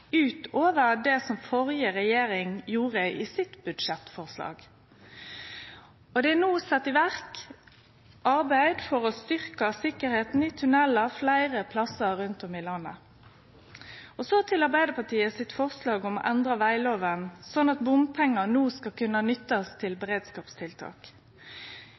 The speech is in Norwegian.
utover det den førre regjeringa gjorde i sitt budsjettforslag, og det er no sett i verk arbeid for å styrkje tryggleiken i tunnelar fleire plassar rundt om i landet. Så til Arbeidarpartiet sitt forslag om å endre veglova, slik at bompengar no skal kunne nyttast til beredskapstiltak: